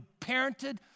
parented